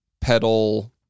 pedal